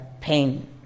pain